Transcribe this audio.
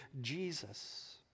Jesus